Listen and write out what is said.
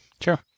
Sure